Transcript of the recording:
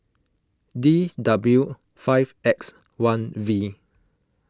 D W five X one V